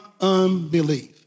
unbelief